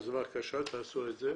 אז בבקשה תעשו את זה.